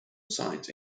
science